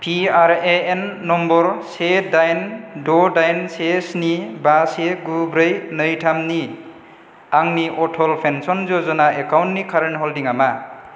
PRAN number से डाइन द' डाइन से स्नि बा से गु ब्रै नै थाम नि आंनि अटल पेन्सन यज'ना एकाउन्टनि कारेन्ट हल्डिंआ मा